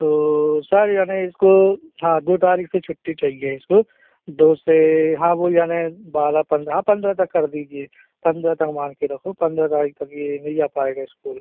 तो सर यानि इसको हाँ दो तारीख से छुट्टी चाहिए इसको दो से हाँ वो यानि बारह पंद्रह हाँ पन्द्रह तक कर दीजिए पन्द्रह तक मान कर रखो पन्द्रह तारीख तक ये नहीं जा पाएगा इस्कूल